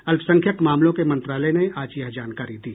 अल्पसंख्यक मामलों के मंत्रालय ने आज यह जानकारी दी